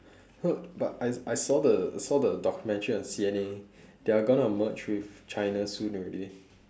uh but I I saw the saw the documentary on C_N_A they are going to merge with china soon already